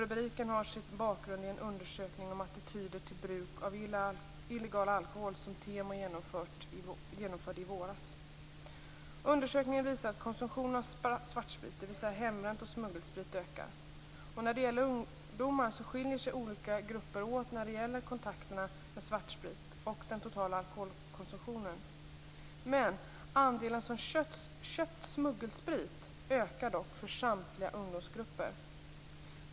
Rubriken har sin bakgrund i en undersökning om attityder till och bruk av illegal alkohol som TEMO genomförde i våras. Undersökningen visar att konsumtionen av svartsprit, dvs. hembränt och smuggelsprit, ökar. När det gäller ungdomar skiljer sig olika grupper åt när det gäller kontakterna med svartsprit och den totala alkoholkonsumtionen. Men andelen som köpt smuggelsprit ökar för samtliga ungdomsgrupper.